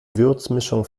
würzmischung